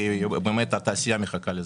כי באמת התעשייה מחכה לזה.